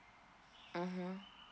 mmhmm